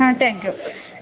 ಹಾಂ thank you